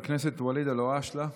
חבר הכנסת ואליד אלהואשלה,